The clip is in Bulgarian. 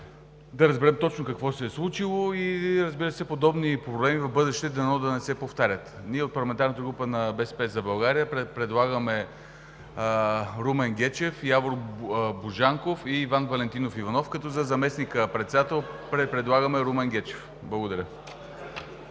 да разберем точно какво се е случило, и подобни проблеми в бъдеще дано да не се повтарят. Ние от парламентарната група на „БСП за България“ предлагаме Румен Гечев, Явор Божанков и Иван Валентинов Иванов, като за заместник-председател предлагаме Румен Гечев. Благодаря.